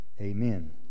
amen